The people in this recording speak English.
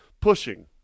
pushing